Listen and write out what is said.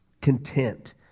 content